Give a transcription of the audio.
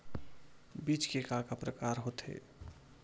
बीज के का का प्रकार होथे?